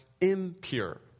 impure